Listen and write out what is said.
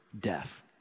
death